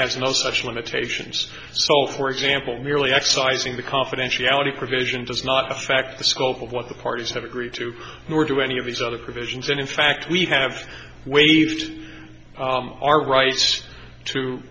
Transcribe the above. has no such limitations so for example merely exercising the confidentiality provision does not affect the scope of what the parties have agreed to nor do any of these other provisions and in fact we have waived our rights to